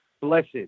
Blessed